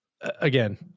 again